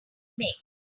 make